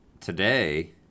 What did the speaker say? today